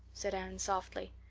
said anne softly.